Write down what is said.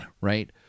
Right